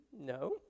no